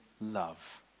love